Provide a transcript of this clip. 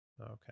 Okay